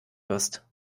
wirst